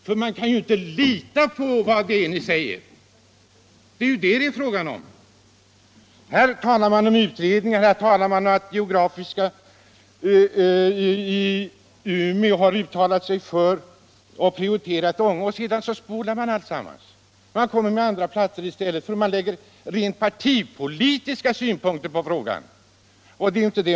Vi kan ju inte lita på vad ni säger! Det är det det gäller. Här talar man om utredningar och säger att geografiska institutionen i Umeå har prioriterat Ånge, och sedan spolar man alltsammans! Man föreslår andra platser i stället, därför att man lägger rent partipolitiska synpunkter på frågan.